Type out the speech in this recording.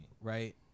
Right